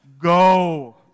go